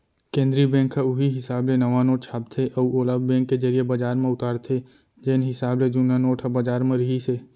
केंद्रीय बेंक ह उहीं हिसाब ले नवा नोट छापथे अउ ओला बेंक के जरिए बजार म उतारथे जेन हिसाब ले जुन्ना नोट ह बजार म रिहिस हे